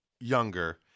younger